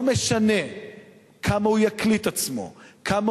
לא משנה כמה הוא יופיע,